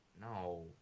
No